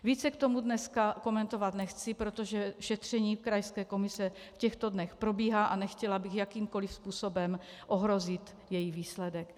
Více k tomu dneska komentovat nechci, protože šetření krajské komise v těchto dnech probíhá a nechtěla bych jakýmkoli způsobem ohrozit jejich výsledek.